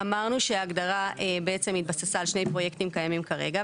אמרנו שההגדרה בעצם התבססה על שני פרויקטים קיימים כרגע.